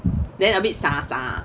then a bit sasa